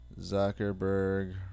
Zuckerberg